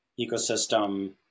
ecosystem